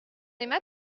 aima